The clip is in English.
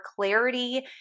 clarity